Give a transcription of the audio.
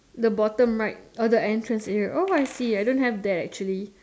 the bottom right uh the entrance here oh I see I don't have that actually